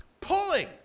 pulling